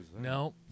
No